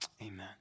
Amen